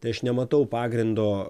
tai aš nematau pagrindo